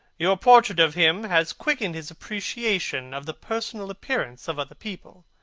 your portrait of him has quickened his appreciation of the personal appearance of other people.